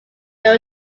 there